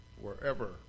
wherever